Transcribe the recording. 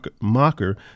mocker